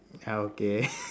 ya okay